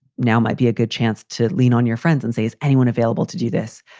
now might be a good chance to lean on your friends and say, is anyone available to do this?